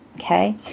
Okay